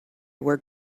were